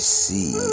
see